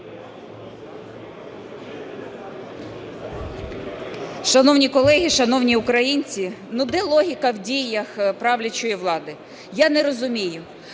Шановні колеги, шановні українці! Ну де логіка в діях правлячої влади? Я не розумію.